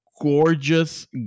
gorgeous